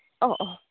অঁ অঁ